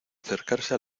acercarse